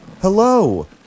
Hello